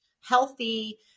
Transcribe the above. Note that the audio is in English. healthy